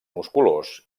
musculós